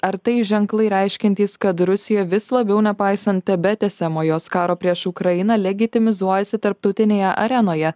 ar tai ženklai reiškiantys kad rusija vis labiau nepaisant tebetęsiamo jos karo prieš ukrainą legitimizuojasi tarptautinėje arenoje